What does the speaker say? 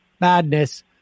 Madness